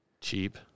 Cheap